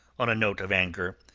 on a note of anger.